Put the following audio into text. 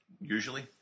usually